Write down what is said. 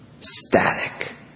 static